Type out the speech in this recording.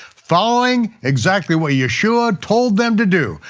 following exactly what yeshua told them to do,